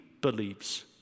believes